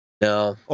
No